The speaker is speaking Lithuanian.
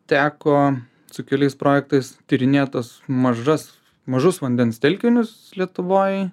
teko su keliais projektais tyrinėt tuos mažas mažus vandens telkinius lietuvoj